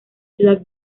ciudad